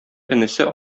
энесе